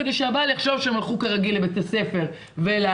כדי שהבעל יחשוב שהם הלכו כרגיל לבית הספר ולעבודה,